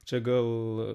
čia gal